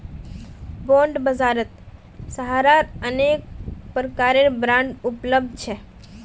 bond बाजारत सहारार अनेक प्रकारेर बांड उपलब्ध छ